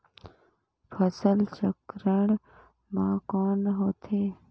फसल चक्रण मा कौन होथे?